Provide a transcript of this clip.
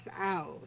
out